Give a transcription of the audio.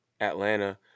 Atlanta